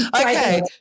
okay